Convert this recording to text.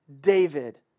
David